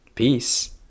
Peace